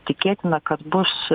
tikėtina kad bus